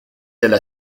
delle